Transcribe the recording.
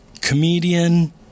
comedian